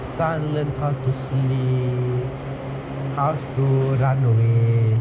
sun learnt how to sleep how to run away